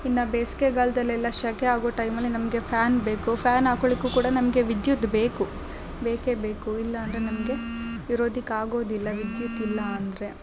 ಇನ್ನು ಬೇಸಿಗೆಗಾಲ್ದಲೆಲ್ಲ ಸೆಖೆ ಆಗೋ ಟೈಮಲ್ಲಿ ನಮಗೆ ಫ್ಯಾನ್ ಬೇಕು ಫ್ಯಾನ್ ಹಾಕೊಳಿಕ್ಕು ಕೂಡ ನಮಗೆ ವಿದ್ಯುತ್ ಬೇಕು ಬೇಕೇ ಬೇಕು ಇಲ್ಲ ಅಂದರೆ ನಮಗೆ ಇರೋದಿಕ್ಕೆ ಆಗೋದಿಲ್ಲ ವಿದ್ಯುತ್ ಇಲ್ಲ ಅಂದರೆ